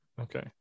Okay